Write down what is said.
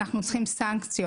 אנחנו צריכים סנקציות.